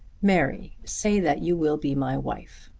mary, say that you will be my wife.